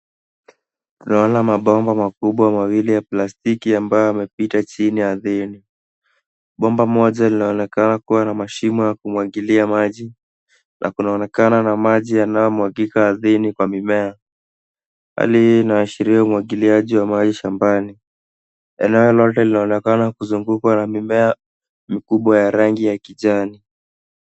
Tunaona mabomba makubwa mawili ya plastiki ambayo yamepita chini ardhini. Bomba moja linaonekana kuwa na mashimo ya kumwagilila maji na kunaonekena na maji yanayomwagika ardhini kwa mimea. Hali hii inaashiria umwagiliaji wa maji shambani. Eneo lote linaonekana kuzungukwa na mimea mikubwa ya rangi ya kijani.